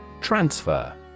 Transfer